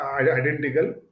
identical